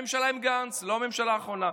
הממשלה האחרונה.